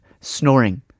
Snoring